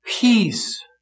peace